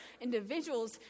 individuals